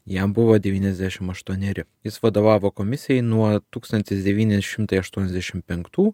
jam buvo devyniasdešimt aštuoneri jis vadovavo komisijai nuo tūkstantis devyni šimtai aštuoniasdešimt penktų